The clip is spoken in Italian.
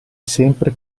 sempre